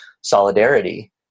solidarity